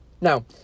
Now